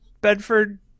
Bedford